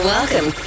Welcome